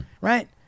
right